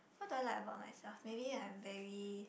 what do I like about myself maybe I am very